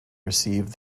received